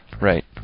Right